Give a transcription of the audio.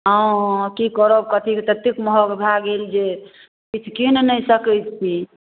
हाँ कि करब कथी ततेक महग भऽ गेल जे किछु कीनि नहि सकै छी